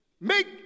Make